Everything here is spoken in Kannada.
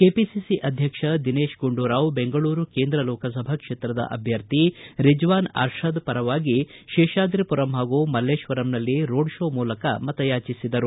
ಕೆಪಿಸಿಸಿ ಅಧ್ಯಕ್ಷ ದಿನೇತ್ ಗುಂಡೂರಾವ್ ಬೆಂಗಳೂರು ಕೇಂದ್ರ ಲೋಕಸಭಾ ಕ್ಷೇತ್ರದ ಅಭ್ವರ್ಥಿ ರಿಜ್ವಾನ್ ಅರ್ಷದ್ ಪರವಾಗಿ ಶೇಷಾದ್ರಿಮರಂ ಹಾಗೂ ಮಲ್ಲೇಶ್ವರಂನಲ್ಲಿ ರೋಡ್ ಶೋ ಮೂಲಕ ಮತಯಾಚಿಸಿದರು